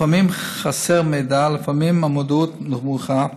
לפעמים חסר מידע, לפעמים המודעות נמוכה,